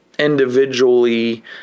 Individually